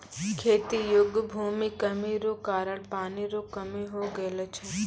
खेती योग्य भूमि कमी रो कारण पानी रो कमी हो गेलौ छै